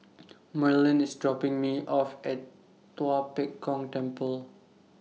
Merlyn IS dropping Me off At Tua Pek Kong Temple